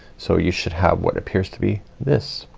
so you should have what appears to be this.